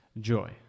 joy